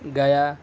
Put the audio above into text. گیا